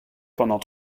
pendant